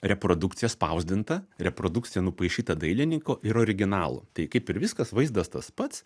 reprodukcija spausdinta reprodukcija nupaišyta dailininko ir originalu tai kaip ir viskas vaizdas tas pats